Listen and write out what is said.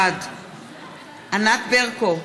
בעד ענת ברקו,